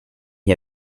you